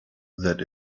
that